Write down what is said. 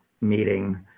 meeting